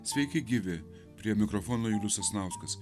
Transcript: sveiki gyvi prie mikrofono julius sasnauskas